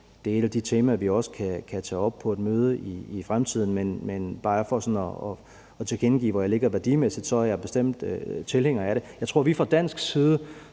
det er et af de temaer, vi kan tage op på et møde i fremtiden. Men jeg vil bare for sådan at tilkendegive, hvor jeg ligger værdimæssigt, sige, at jeg bestemt er tilhænger af det. Jeg tror, vi fra dansk side